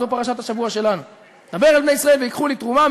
זו פרשת השבוע שלנו: "דבר אל בני ישראל ויקחו לי תרומה,